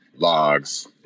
logs